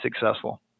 successful